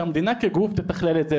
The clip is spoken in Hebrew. שהמדינה תתכלל את זה,